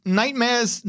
nightmares